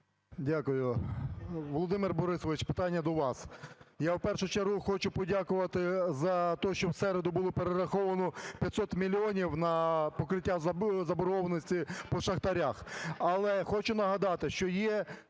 Дякую. Володимире Борисовичу, питання до вас. Я в першу чергу хочу подякувати за те, що в середу було перераховано 500 мільйонів на покриття заборгованості по шахтарях. Але хочу нагадати, що є